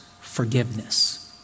forgiveness